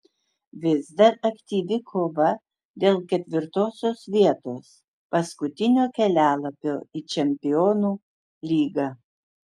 vis dar aktyvi kova dėl ketvirtosios vietos paskutinio kelialapio į čempionų lygą